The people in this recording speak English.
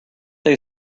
they